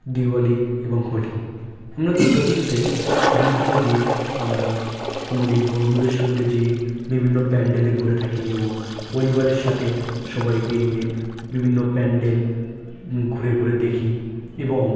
দিওয়ালি এবং হোলি আমরা দুর্গা পুজোতে বিভিন্ন দিন আমরা কোনো দিন বন্ধুদের সঙ্গে যেয়ে বিভিন্ন প্যান্ডেলে ঘুরে থাকি এবং পরিবারের সাথে সবাই বেরিয়ে বিভিন্ন প্যান্ডেল ঘুরে ঘুরে দেখি এবং